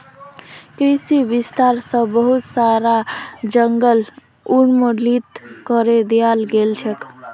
कृषि विस्तार स बहुत सारा जंगल उन्मूलित करे दयाल गेल छेक